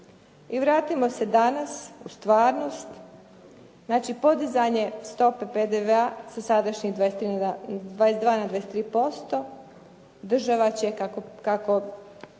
I vratimo se danas u stvarnost, znači podizanje stope PDV-a sa sadašnjih 22 na 23%, država će kako